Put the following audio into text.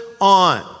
on